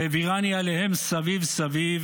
והעבירני עליהם סביב סביב,